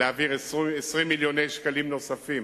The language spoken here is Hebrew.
להעביר 20 מיליון שקלים נוספים